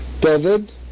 David